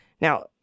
Now